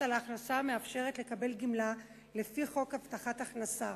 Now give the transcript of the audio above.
על ההכנסה המאפשרת לקבל גמלה לפי חוק הבטחת הכנסה.